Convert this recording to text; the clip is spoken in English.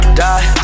die